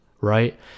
right